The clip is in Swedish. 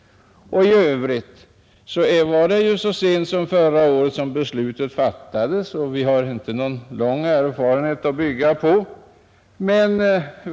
Beslutet fattades också så sent som förra året, och vi har inte någon lång erfarenhet att bygga på.